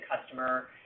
customer